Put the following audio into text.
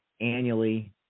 annually